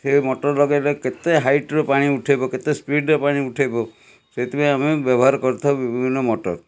ସେ ମୋଟର ଲଗାଇଲେ କେତେ ହାଇଟର ପାଣି ଉଠାଇବ କେତେ ସ୍ପିଡ଼ର ପାଣି ଉଠାଇବ ସେଇଥିପାଇଁ ଆମେ ବ୍ୟବହାର କରିଥାଉ ବିଭିନ୍ନ ମୋଟର